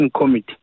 committee